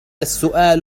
السؤال